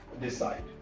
decide